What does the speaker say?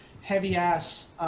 heavy-ass